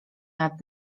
nad